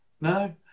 No